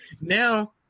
Now